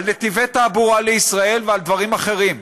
על נתיבי תעבורה לישראל ועל דברים אחרים.